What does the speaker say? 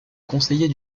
conseiller